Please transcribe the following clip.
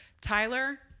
Tyler